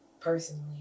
personally